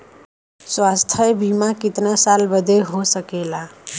स्वास्थ्य बीमा कितना साल बदे हो सकेला?